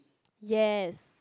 yes